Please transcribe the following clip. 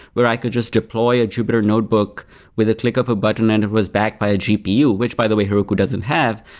where i could just deploy a jupyter notebook with a click of a button and it was backed by a gpu, which by the way heroku doesn't have.